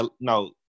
No